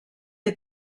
est